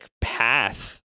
path